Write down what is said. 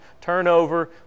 turnover